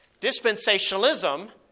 Dispensationalism